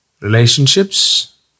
Relationships